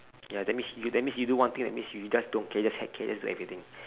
ya that means you that means you do one thing that means you just don't care just heck care just do everything